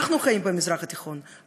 אנחנו חיים במזרח התיכון,